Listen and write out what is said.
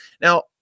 Now